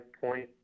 point